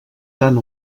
tant